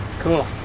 cool